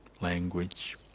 language